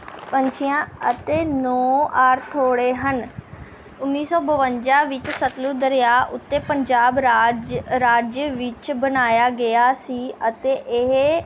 ਪੰਛੀਆਂ ਅਤੇ ਨੌ ਹਨ ਉੱਨੀ ਸੌ ਬਵੰਜਾ ਵਿੱਚ ਸਤਲੁਜ ਦਰਿਆ ਉੱਤੇ ਪੰਜਾਬ ਰਾਜ ਰਾਜ ਵਿੱਚ ਬਣਾਇਆ ਗਿਆ ਸੀ ਅਤੇ ਇਹ